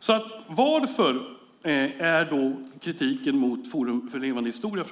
Varför är Vänsterpartiet kritiskt mot Forum för levande historia